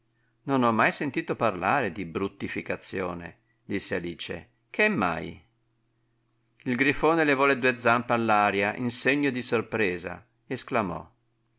non ho mai sentito parlare di bruttificazione disse alice ch'è mai il grifone levò le due zampe all'aria in segno di sorpresa e sclamò